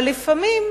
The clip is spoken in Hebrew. אבל לפעמים,